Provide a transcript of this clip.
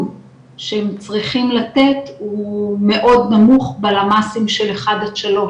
שהם צריכים לתת הוא מאוד נמוך בלמסים של אחד עד שלוש,